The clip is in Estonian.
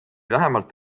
vähemalt